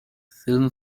film